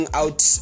out